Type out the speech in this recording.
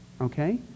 Okay